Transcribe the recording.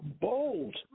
bold